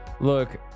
Look